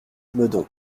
meudon